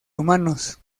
humanos